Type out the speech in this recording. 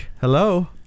Hello